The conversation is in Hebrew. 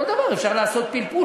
כל דבר אפשר לעשות פלפול.